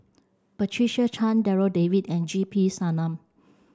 Patricia Chan Darryl David and G P Selvam